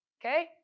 okay